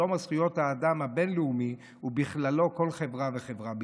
יום זכויות האדם הבין-לאומי הוא בכללו כל חברה וחברה בישראל.